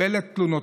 לקבל את תלונותיו.